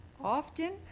Often